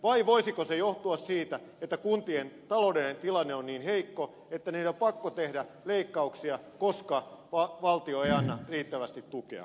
vai voisiko se johtua siitä että kuntien taloudellinen tilanne on niin heikko että niiden on pakko tehdä leikkauksia koska valtio ei anna riittävästi tukea